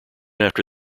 after